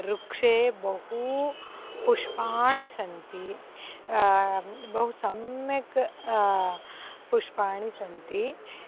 वृक्षे बहूनि पुष्पाणि सन्ति बहु सम्यक् पुष्पाणि सन्ति